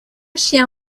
chien